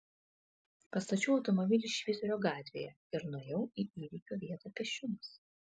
pastačiau automobilį švyturio gatvėje ir nuėjau į įvykio vietą pėsčiomis